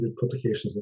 publications